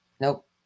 Nope